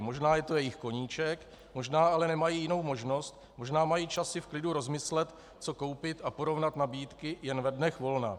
Možná je to jejich koníček, možná ale nemají jinou možnost, možná mají čas si v klidu rozmyslet co koupit a porovnat nabídky jen ve dnech volna.